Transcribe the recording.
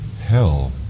hell